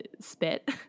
spit